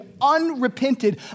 unrepented